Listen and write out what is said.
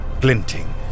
glinting